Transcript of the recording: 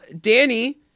Danny